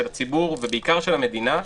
של הציבור ובעיקר של המדינה,